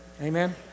Amen